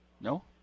No